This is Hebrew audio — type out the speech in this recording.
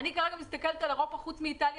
כרגע אני מסתכלת על אירופה וחוץ מאיטליה